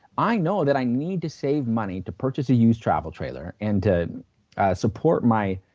i know that i need to save money to purchase a used travel trailer and to support my